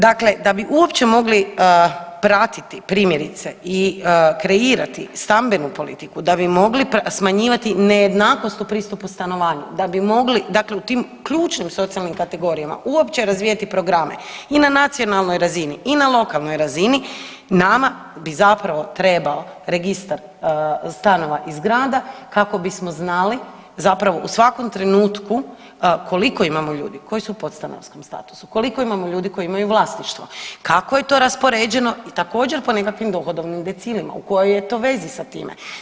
Dakle, da bi uopće mogli pratiti primjerice i kreirati stambenu politiku, da bi mogli smanjivati nejednakost u pristupu stanovanja, da bi mogli, dakle u tim ključnim socijalnim kategorijama uopće razvijati programe i na nacionalnoj razini i na lokalnoj razini nama bi zapravo trebao registar stanova i zgrada kako bismo znali zapravo u svakom trenutku koliko imamo ljudi, koji su u podstanarskom statusu, koliko imamo ljudi koji imaju vlasništvo, kako je to raspoređeno i također po nekakvim dohodovnim decilima u kojoj je to vezi sa time.